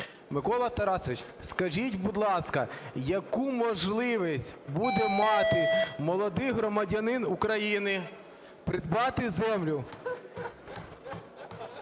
Микола Тарасович, скажіть, будь ласка, яку можливість буде мати молодий громадянин України придбати землю